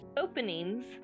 openings